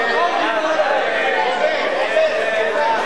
התשע"א 2011,